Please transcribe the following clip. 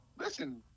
Listen